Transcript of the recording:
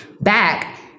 back